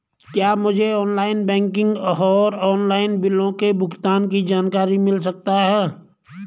क्या मुझे online banking और ऑनलाइन बिलों के भुगतान की जानकारी मिल सकता है?